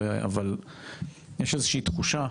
אבל יש איזושהי תחושה